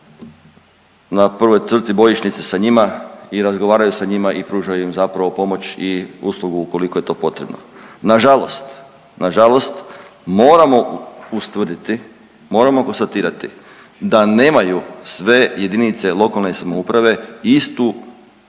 na prvoj crti bojišnice sa njima i razgovaraju sa njima i pružaju im zapravo pomoć i uslugu koliko je to potrebno. Nažalost, nažalost moramo ustvrditi, moramo konstatirati da nemaju sve JLS istu